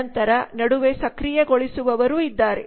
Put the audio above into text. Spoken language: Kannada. ನಂತರ ನಡುವೆ ಸಕ್ರಿಯಗೊಳಿಸುವವರು ಇದ್ದಾರೆ